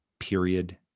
period